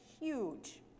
huge